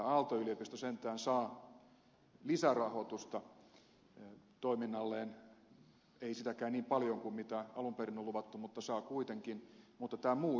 aalto yliopisto sentään saa lisärahoitusta toiminnalleen ei niin paljon kuin alun perin on luvattu mutta saa kuitenkin mutta tämä muu yliopistokenttä kärsii